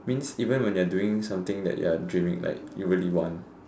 means even when you are doing something that you are dreaming like you really want